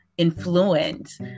influence